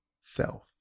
self